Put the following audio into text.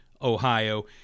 Ohio